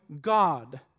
God